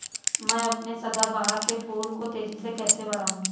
मैं अपने सदाबहार के फूल को तेजी से कैसे बढाऊं?